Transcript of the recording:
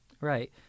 Right